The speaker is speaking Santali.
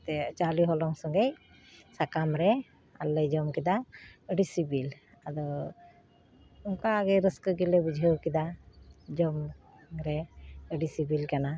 ᱮᱱᱛᱮᱫ ᱪᱟᱣᱞᱮ ᱦᱚᱞᱚᱝ ᱥᱚᱸᱜᱮ ᱥᱟᱠᱟᱢ ᱨᱮ ᱟᱨᱞᱮ ᱡᱚᱢ ᱠᱮᱫᱟ ᱟᱹᱰᱤ ᱥᱤᱵᱤᱞ ᱟᱫᱚ ᱚᱱᱠᱟ ᱜᱮ ᱨᱟᱹᱥᱠᱟᱹ ᱜᱮᱞᱮ ᱵᱩᱡᱷᱟᱹᱣ ᱠᱮᱫᱟ ᱡᱚᱢ ᱨᱮ ᱟᱹᱰᱤ ᱥᱤᱵᱤᱞ ᱠᱟᱱᱟ